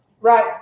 right